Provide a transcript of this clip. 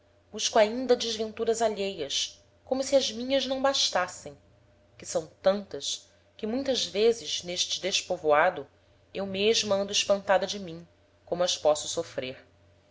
busco ainda desventuras alheias como se as minhas não bastassem que são tantas que muitas vezes n'este despovoado eu mesma ando espantada de mim como as posso sofrer